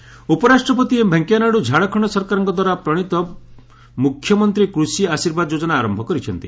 Jharkhand farmers ଉପରାଷ୍ଟ୍ରପତି M Venkaiah Naidu Jharkhand ସରକାରଙ୍କ ଦ୍ୱାରା ପ୍ରଣୀତ ମୁଖ୍ୟମନ୍ତ୍ରୀ କୃଷି ଆଶୀର୍ବାଦ ଯୋଜନା ଆରମ୍ଭ କରିଛନ୍ତି